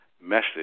message